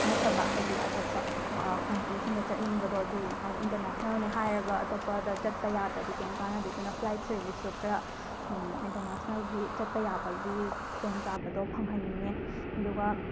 ꯅꯠꯇꯕ ꯍꯥꯏꯗꯤ ꯑꯇꯣꯞꯄ ꯀꯟꯇ꯭ꯔꯤꯁꯤꯡꯗ ꯆꯠꯅꯤꯡꯕꯗꯣ ꯑꯗꯨ ꯍꯥꯏꯗꯤ ꯏꯟꯇꯔꯅꯦꯁꯅꯦꯜꯅꯦ ꯍꯥꯏꯔꯒ ꯑꯇꯣꯞꯄꯗ ꯆꯠꯄ ꯌꯥꯗ꯭ꯔꯗꯤ ꯀꯩꯝ ꯀꯥꯟꯅꯗꯦ ꯑꯗꯨꯅ ꯐ꯭ꯂꯥꯏꯠ ꯁꯔꯕꯤꯁꯁꯨ ꯈꯔ ꯏꯟꯇꯔꯅꯦꯁꯅꯦꯜꯒꯤ ꯆꯠꯄ ꯌꯥꯕꯒꯤ ꯈꯨꯗꯣꯡꯆꯥꯕꯗꯣ ꯐꯪꯍꯟꯅꯤꯡꯉꯦ ꯑꯗꯨꯒ